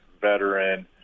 veteran